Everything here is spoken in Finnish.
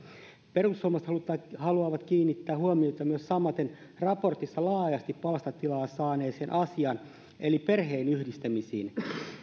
perussuomalaiset haluavat kiinnittää huomiota myös samaten raportissa laajasti palstatilaa saaneeseen asiaan eli perheenyhdistämisiin